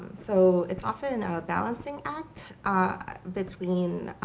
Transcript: so it's often ah a balancing act between,